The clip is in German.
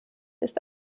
ist